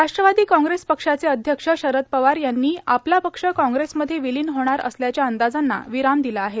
राष्ट्रवादी कॉग्रेस पक्षाचे अध्यक्ष शरद पवार यांनी आपला पक्ष कॉग्रेसमध्ये विलीन होणार असल्याच्या अंदाजांना विराम दिला आहे